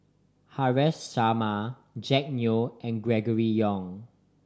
Haresh Sharma Jack Neo and Gregory Yong